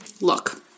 look